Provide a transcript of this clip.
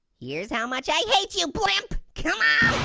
here's how much i hate you, blimp. come on.